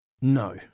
no